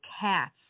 Cats